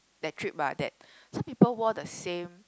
that trip ah that some people wore the same